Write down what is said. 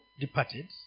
departed